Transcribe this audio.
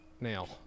nail